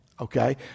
okay